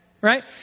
right